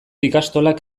ikastolak